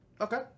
Okay